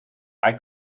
eye